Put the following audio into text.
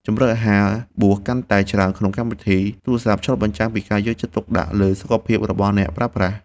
ជម្រើសអាហារបួសកាន់តែច្រើនក្នុងកម្មវិធីទូរស័ព្ទឆ្លុះបញ្ចាំងពីការយកចិត្តទុកដាក់លើសុខភាពរបស់អ្នកប្រើប្រាស់។